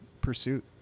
pursuit